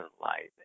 light